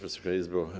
Wysoka Izbo!